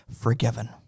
forgiven